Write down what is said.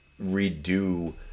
redo